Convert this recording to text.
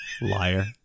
Liar